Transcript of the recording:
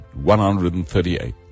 138